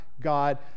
God